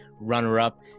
Runner-up